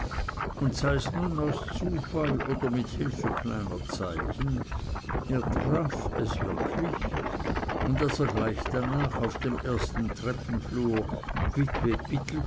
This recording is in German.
und sei's nun aus zufall oder mit hilfe kleiner zeichen er traf es wirklich und als er gleich danach auf dem ersten treppenflur witwe